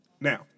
Now